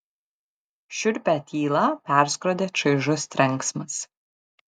šiurpią tylą perskrodė čaižus trenksmas